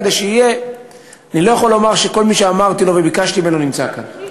אני לא יכול לומר שכל מי שאמרתי לו וביקשתי ממנו נמצא כאן,